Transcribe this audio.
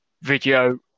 video